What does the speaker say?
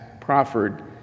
proffered